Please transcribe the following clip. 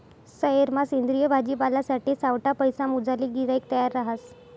सयेरमा सेंद्रिय भाजीपालासाठे सावठा पैसा मोजाले गिराईक तयार रहास